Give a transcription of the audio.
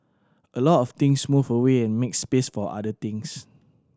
a lot of things move away and make space for other things